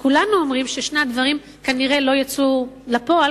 וכולנו אומרים ששני הדברים כנראה לא יצאו לפועל,